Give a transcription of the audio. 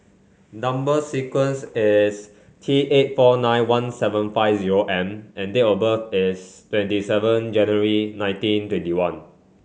number sequence is T eight four nine one seven five zero M and date of birth is twenty seven January nineteen twenty one